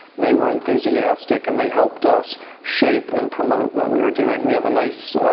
they were enthusiastic and they helped us shape and promote what we were doing. we have a nice.